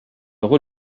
roule